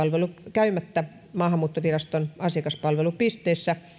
käymättä maahanmuuttoviraston asiakaspalvelupisteessä